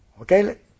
Okay